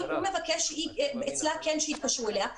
שהוא מבקש שכן יתקשרו אליה.